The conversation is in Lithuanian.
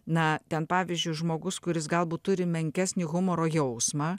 na ten pavyzdžiui žmogus kuris galbūt turi menkesnį humoro jausmą